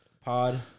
pod